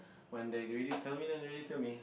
when they ready to tell me then they ready to tell me